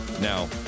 Now